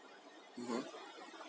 mm